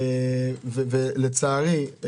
לצערי,